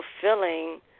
fulfilling